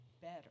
better